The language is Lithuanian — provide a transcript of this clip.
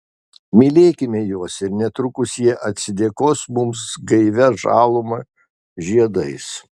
mylėkime juos ir netrukus jie atsidėkos mums gaivia žaluma žiedais